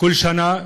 בכל שנה,